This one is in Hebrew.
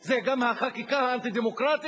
זה גם החקיקה האנטי-דמוקרטית,